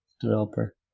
Developer